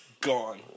Gone